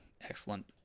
Excellent